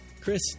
Chris